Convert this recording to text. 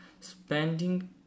spending